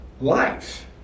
life